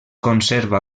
conserva